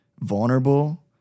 vulnerable